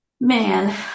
Man